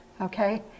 Okay